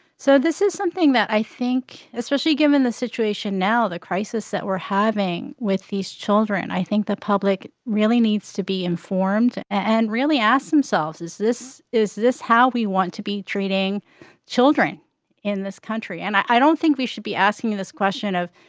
so this is something that i think especially given the situation now, the crisis that we're having with these children i think the public really needs to be informed and really ask themselves, is this is this how we want to be treating children in this country? and i don't think we should be asking this question of,